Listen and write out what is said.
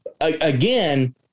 Again